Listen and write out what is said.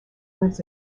lives